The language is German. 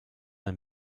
ein